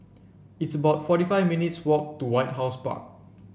it's about forty five minutes' walk to White House Park